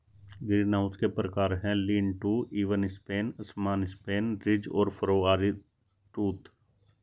greenhouse के प्रकार है, लीन टू, इवन स्पेन, असमान स्पेन, रिज और फरो, आरीटूथ